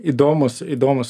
įdomus įdomus